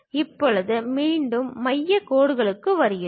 இப்போது மீண்டும் மையக் கோடுகளுக்கு வருகிறது